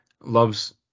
loves